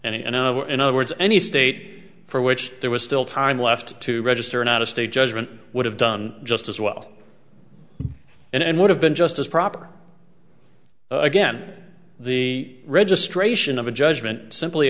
and in other words any state for which there was still time left to register an out of state judgment would have done just as well and would have been just as proper again the registration of a judgment simply